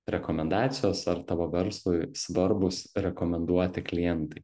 rekomendacijos ar tavo verslui svarbūs rekomenduoti klientai